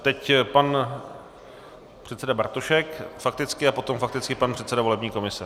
Teď pan předseda Bartošek fakticky a potom fakticky pan předseda volební komise.